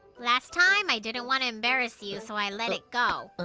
last time, i didn't want to embarrass you, so i let it go. but,